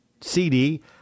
CD